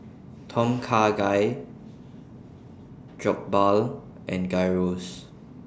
Tom Kha Gai Jokbal and Gyros